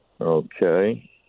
Okay